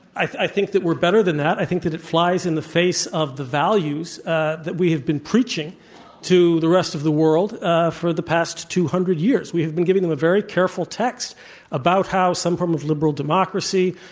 i i think that we're better than that. i think that it flies in the face of the values ah that we have been preaching to the rest of the world ah for the past two hundred years. we have been given them a very careful text about how some form of liberal democracy,